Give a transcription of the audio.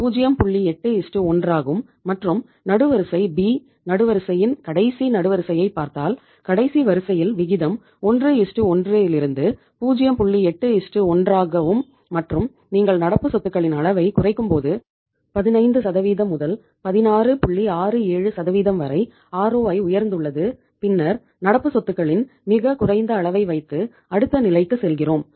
81 ஆகும் மற்றும் நெடுவரிசை பி உயர்ந்துள்ளது பின்னர் நடப்பு சொத்துகளின் மிகக் குறைந்த அளவை வைத்து அடுத்த நிலைக்குச் செல்கிறோம்